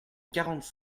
quarante